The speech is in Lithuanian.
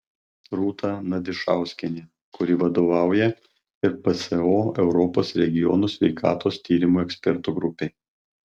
rūta nadišauskienė kuri vadovauja ir pso europos regiono sveikatos tyrimų ekspertų grupei